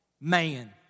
Man